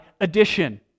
addition